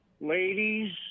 Ladies